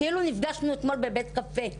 כאילו נפגשנו אתמול בבית קפה